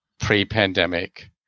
pre-pandemic